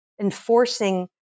enforcing